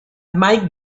mike